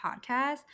podcast